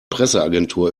presseagentur